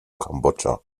kambodscha